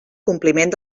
compliment